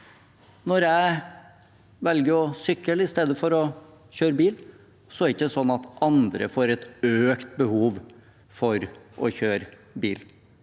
Når jeg velger å sykle i stedet for å kjøre bil, er det ikke sånn at andre får et økt behov for å kjøre bil